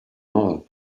all